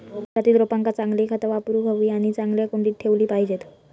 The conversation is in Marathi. घरातील रोपांका चांगली खता वापरूक हवी आणि चांगल्या कुंडीत ठेवली पाहिजेत